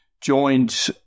joined